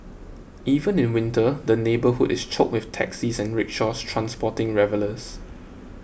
even in winter the neighbourhood is choked with taxis and rickshaws transporting revellers